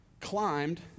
climbed